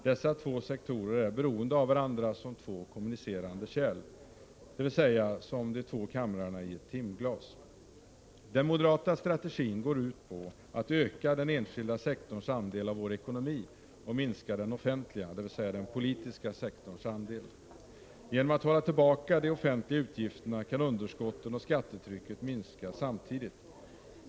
Dessa två sektorer är beroende av varandra som två kommunicerande kärl, dvs. som de två kamrarna i ett timglas. Den moderata strategin går ut på att öka den enskilda sektorns andel av vår ekonomi och minska den offentliga, dvs. den politiska sektorns andel. Genom att hålla tillbaka de offentliga utgifterna kan underskotten och skattetrycket minska samtidigt.